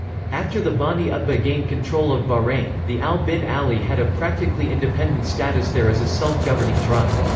after the bani utbah gained control of bahrain, the al bin ali had a practically independent status there as a self-governing tribe.